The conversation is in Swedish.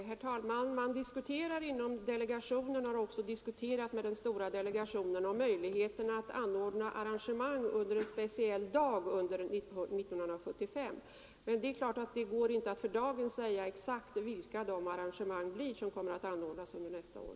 Herr talman! Man diskuterar inom delegationen och har också diskuterat med den stora delegationen möjligheten att anordna arrangemang under en speciell dag 1975. Det går naturligtvis inte att för dagen säga exakt vilka de arrangemangen blir.